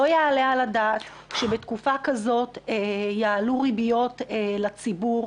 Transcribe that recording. לא יעלה על הדעת שבתקופה כזאת יעלו ריביות לציבור.